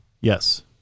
Yes